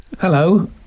Hello